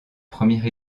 première